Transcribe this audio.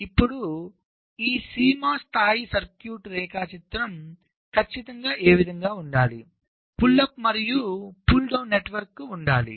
ఇప్పుడు ఈ CMOS స్థాయి సర్క్యూట్ రేఖాచిత్రం ఖచ్చితంగా ఏ విధముగా ఉండాలి పుల్ అప్ మరియు పుల్ డౌన్ నెట్వర్క్ ఉండాలి